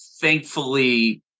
thankfully